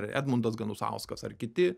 edmundas ganusauskas ar kiti